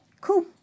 cool